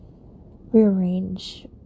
rearrange